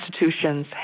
institutions